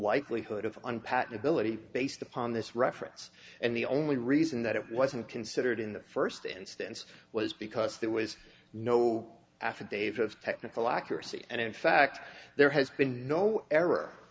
likelihood of unpatched ability based upon this reference and the only reason that it wasn't considered in the first instance was because there was no affidavit of technical accuracy and in fact there has been no er